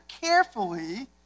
carefully